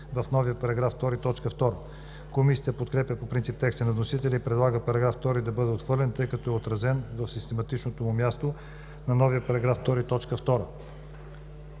в новия § 2, т. 2. Комисията подкрепя по принцип текста на вносителя и предлага § 2 да бъде отхвърлен, тъй като е отразен на систематичното му място в новия § 2, т. 2.